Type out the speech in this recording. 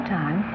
time